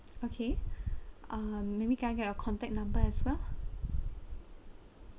okay uh maybe can I get your contact number as well